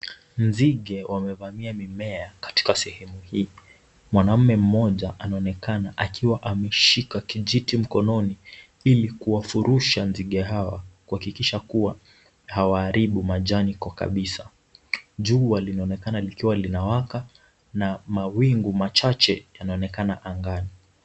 Nzige wamevamia mimea katika sehemu hii. Mwanaume mmoja anaonekana akiwa ameshika kijiti mkononi ili kuwafurusha nzige hawa kuhakikisha kuwa hawaharibu majani kwa kabisa. Jua linaonekana likiwa linawaka na mawingu machache yanaonekana angani.